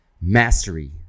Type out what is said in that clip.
mastery